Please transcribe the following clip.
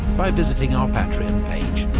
by visiting our patreon page.